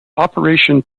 operation